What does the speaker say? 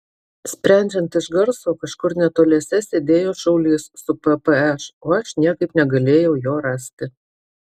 sprendžiant iš garso kažkur netoliese sėdėjo šaulys su ppš o aš niekaip negalėjau jo rasti